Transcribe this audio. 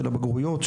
של הבגרויות,